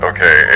Okay